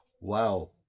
Wow